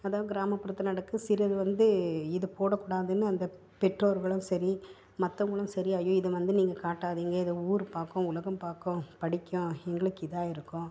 அதாவது கிராமப்புறத்தில் நடக்கிற சிலர் வந்து இதை போடக்கூடாதுன்னு அந்த பெற்றோர்களும் சரி மற்றவங்களும் சரி ஐயோ இதை வந்து நீங்கள் காட்டாதீங்க இதை ஊர் பார்க்கும் உலகம் பார்க்கும் படிக்கும் எங்களுக்கு இதாக இருக்கும்